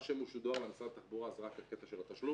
מה שמשודר למשרד התחבורה זה רק הקטע של התשלום.